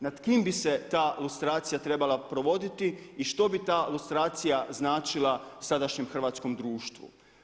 Nad kim bi se ta lustracija trebala provoditi i što bi ta lustracija značila sadašnjem hrvatskom društvu?